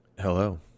Hello